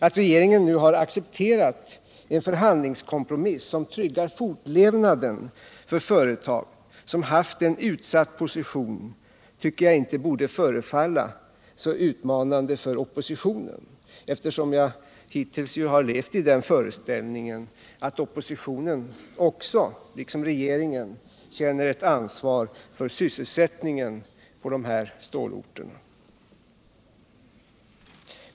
Att regeringen nu har accepterat en förhandlingskompromiss som tryggar fortlevnaden för företag som haft en utsatt position tycker jag inte borde förefalla så utmanande för oppositionen, eftersom jag hittills har levt i den föreställningen att också oppositionen, liksom regeringen, känner ett ansvar för sysselsättningen på de här stålorterna.